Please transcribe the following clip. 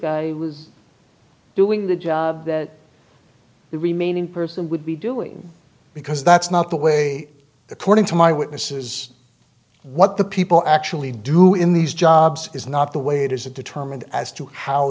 are doing the job remaining person would be doing because that's not the way according to my witnesses what the people actually do in these jobs is not the way it is a determined as to how